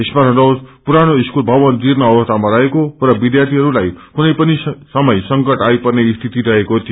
स्मरण रहोस पुरानो स्कूल भवन जीर्ण अवस्थामा रहेको र विध्यार्थीहरूलाई कुनै पनि समय संकट आई पर्ने स्थिति रहेको थियो